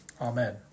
Amen